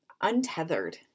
untethered